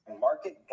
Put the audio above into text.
Market